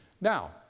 Now